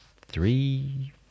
three